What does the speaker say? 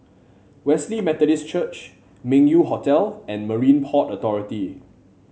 Wesley Methodist Church Meng Yew Hotel and Marine And Port Authority